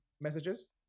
Messages